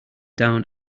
down